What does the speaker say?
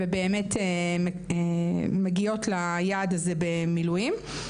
מגיעות ליעד הזה במילואים.